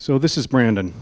so this is brandon